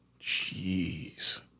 Jeez